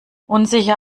unsicher